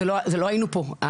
לא היינו פה,